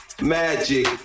magic